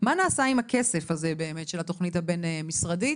מה נעשה עם הכסף הזה באמת של התוכנית הבין משרדית.